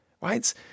right